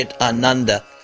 ananda